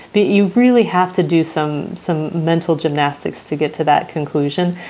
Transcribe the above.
but you really have to do some some mental gymnastics to get to that conclusion.